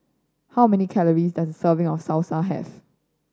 how many calories does a serving of Salsa have